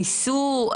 ניסו.